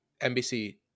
NBC